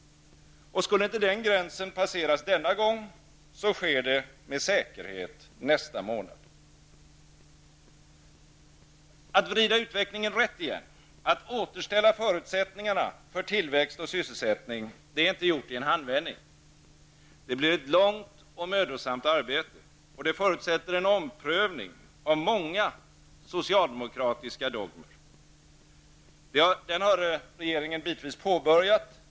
Skulle inte den gränsen passeras denna gång, sker det med säkerhet nästa månad. Att vrida utvecklingen rätt igen, att återställa förutsättningarna för tillväxt och sysselsättning, är inte gjort i en handvändning. Det blir ett långt och mödosamt arbete, och det förutsätter en omprövning av många socialdemokratiska dogmer. Den har regeringen bitvis påbörjat.